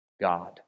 God